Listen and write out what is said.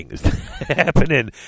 happening